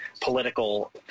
political